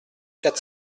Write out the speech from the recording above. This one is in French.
quatre